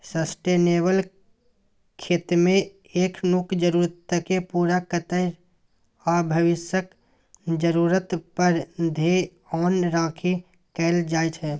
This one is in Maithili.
सस्टेनेबल खेतीमे एखनुक जरुरतकेँ पुरा करैत आ भबिसक जरुरत पर धेआन राखि कएल जाइ छै